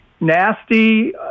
nasty